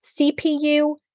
CPU